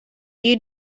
you